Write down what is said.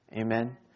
Amen